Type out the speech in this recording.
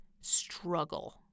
struggle